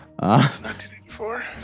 1984